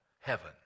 heaven